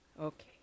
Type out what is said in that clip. Okay